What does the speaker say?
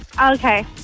Okay